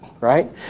right